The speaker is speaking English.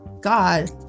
God